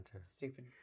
stupid